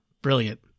Brilliant